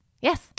Yes